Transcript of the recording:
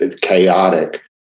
chaotic